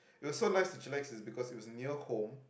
it was so nice to chillax is because it was near home